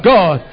God